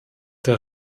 der